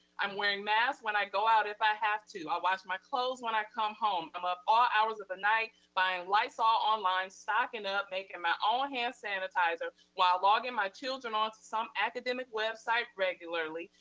i'm wearing masks when i go out, if i have to, i wash my clothes when i come home, i'm up all hours of the night, buying lysol online, stocking up, making my own hand sanitizer, while logging my children onto to some academic website regularly,